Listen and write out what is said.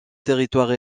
territoire